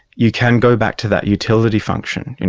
you can go back to that utility function. you